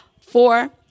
Four